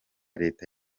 leta